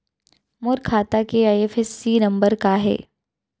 मोर खाता के IFSC number का हे?